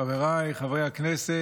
חבריי חברי הכנסת,